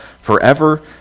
forever